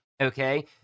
okay